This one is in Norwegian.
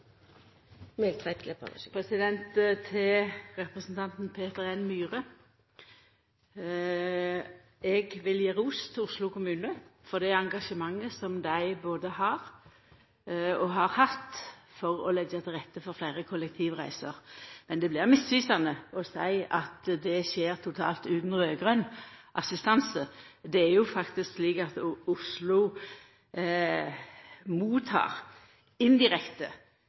Til representanten Peter N. Myhre: Eg vil gje ros til Oslo kommune for det engasjementet som dei både har og har hatt for å leggja til rette for fleire kollektivreiser. Men det blir misvisande å seia at det skjer totalt utan raud-grøn assistanse. Det er faktisk slik at Oslo